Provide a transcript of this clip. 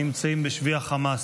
נמצאים בשבי החמאס,